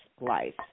life